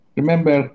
remember